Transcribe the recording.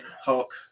Hulk